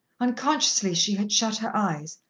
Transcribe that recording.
unconsciously, she had shut her eyes,